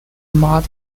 mud